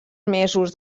mesos